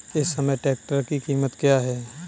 इस समय ट्रैक्टर की कीमत क्या है?